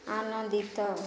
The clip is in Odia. ଆନନ୍ଦିତ